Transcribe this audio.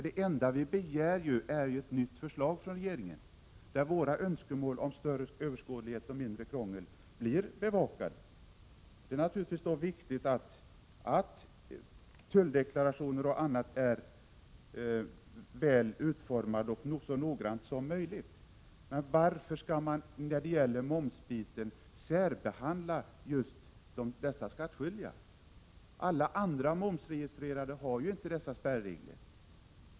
Det enda vi begär är ett nytt förslag från regeringen, där våra önskemål om större överskådlighet och mindre krångel blir tillgodosedda. Det är då naturligtvis viktigt att bl.a. tulldeklarationer är så väl utformade som möjligt. Men varför skall man när det gäller momsen särbehandla just dessa skattskyldiga? För andra momsregistrerade gäller ju inte dessa spärregler.